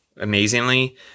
amazingly